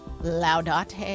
Laudate